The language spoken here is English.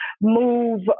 move